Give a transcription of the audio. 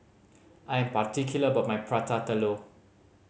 I am particular about my Prata Telur